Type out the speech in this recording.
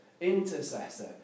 intercessor